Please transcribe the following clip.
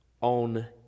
on